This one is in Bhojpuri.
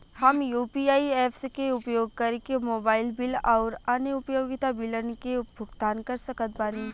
हम यू.पी.आई ऐप्स के उपयोग करके मोबाइल बिल आउर अन्य उपयोगिता बिलन के भुगतान कर सकत बानी